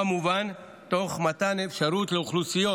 כמובן תוך מתן אפשרות לאוכלוסיות